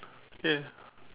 okay